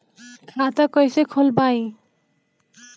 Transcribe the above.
खाता कईसे खोलबाइ?